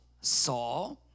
saw